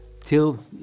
till